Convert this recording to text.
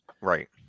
Right